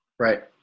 Right